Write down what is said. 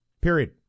Period